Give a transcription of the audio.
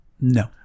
No